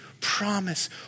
promise